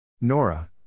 Nora